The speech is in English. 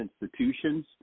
institutions